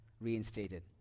reinstated